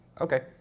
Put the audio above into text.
Okay